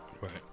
Right